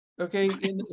okay